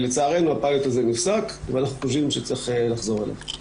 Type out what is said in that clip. לצערנו הפיילוט הזה נפסק ואנחנו חושבים שצריך לחזור אליו.